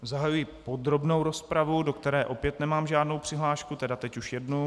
Zahajuji podrobnou rozpravu, do které opět nemám žádnou přihlášku, tedy teď už jednu.